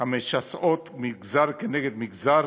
המשסות מגזר כנגד מגזר,